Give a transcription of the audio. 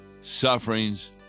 sufferings